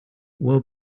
will